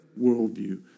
worldview